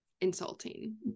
insulting